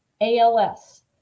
als